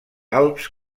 alps